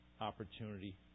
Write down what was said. opportunity